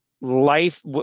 life